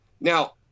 now